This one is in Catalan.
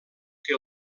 que